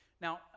Now